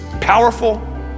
powerful